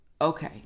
okay